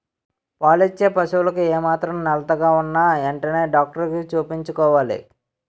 పాలిచ్చే పశువులకు ఏమాత్రం నలతగా ఉన్నా ఎంటనే డాక్టరికి చూపించుకోవాలి